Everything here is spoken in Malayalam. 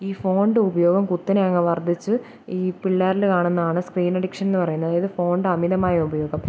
ഈ ഫോണിൻ്റെ ഉപയോഗം കുത്തനെ അങ്ങു വർദ്ധിച്ച് ഈ പിള്ളേരിൽ കാണുന്ന ആണ് സ്ക്രീൻ അഡിക്ഷൻ എന്നു പറയുന്നത് അതായത് ഫോണിൻ്റെ അമിതമായ ഉപയോഗം